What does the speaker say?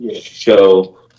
show